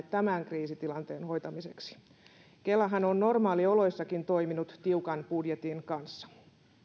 tämän kriisitilanteen hoitamiseksi kelahan on normaalioloissakin toiminut tiukan budjetin kanssa